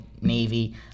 Navy